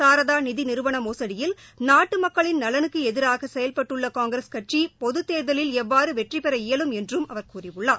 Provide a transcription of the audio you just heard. சாரதா நிதி நிறுவன மோசுடியில் நாட்டு மக்களின் நலனுக்கு எதிராக செயல்பட்டுள்ள காங்கிரஸ் கட்சி பொதுத் தேர்தலில் எவ்வாறு வெற்றிபெற இயலும் என்றும் அவர் கூறியுள்ளார்